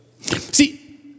See